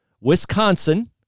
Wisconsin